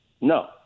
No